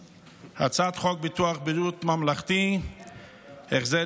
הצעת חוק ביטוח בריאות ממלכתי (תיקון מס' 65) (החזר